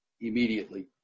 immediately